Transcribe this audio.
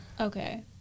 Okay